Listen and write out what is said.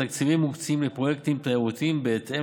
התקציבים מוקצים לפרויקטים תיירותיים בהתאם